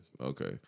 Okay